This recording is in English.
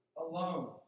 alone